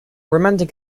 romantic